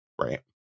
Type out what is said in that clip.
Right